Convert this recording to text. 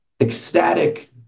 ecstatic